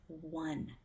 one